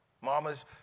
Mamas